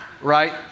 right